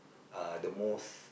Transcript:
uh the most